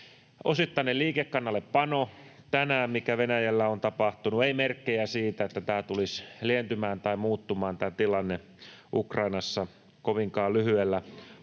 Osittainen liikekannallepano on tänään Venäjällä tapahtunut, ei merkkejä siitä, että tämä tilanne tulisi lientymään tai muuttumaan Ukrainassa kovinkaan lyhyellä